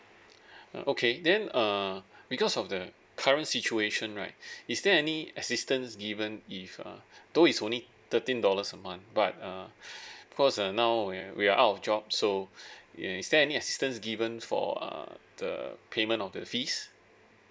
okay then uh because of the current situation right is there any assistance given if err though it's only thirteen dollars a month but uh cause uh now uh we are out of job so ya is there any assistance given for uh the payment of the fees